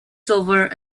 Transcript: silver